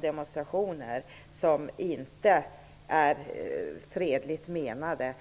Demonstrationer som inte är fredligt menade